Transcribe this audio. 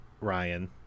Ryan